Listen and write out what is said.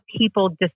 people